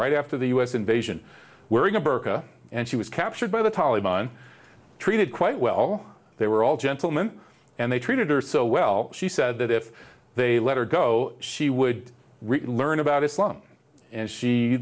right after the u s invasion wearing a burka and she was captured by the taliban treated quite well they were all gentleman and they treated her so well she said that if they let her go she would learn about islam and she